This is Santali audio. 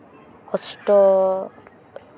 ᱠᱚᱥᱴᱚ